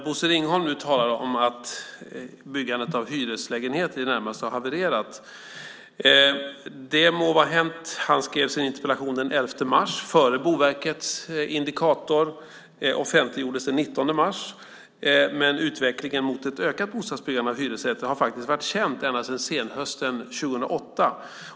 Bosse Ringholm talar om att byggandet av hyreslägenheter i det närmaste har havererat. Det må vara hänt. Han skrev sin interpellation den 11 mars, före Boverkets indikator som offentliggjordes den 19 mars. Men utvecklingen mot ett ökat byggande av hyresrätter har faktiskt varit känt ända sedan senhösten 2008.